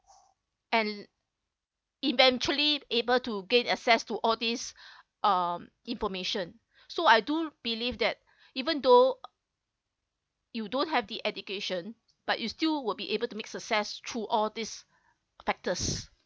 and eventually able to gain access to all this um information so I do believe that even though you don't have the education but you still will be able to make success through all these factors